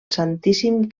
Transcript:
santíssim